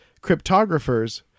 cryptographers